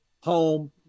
home